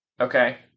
Okay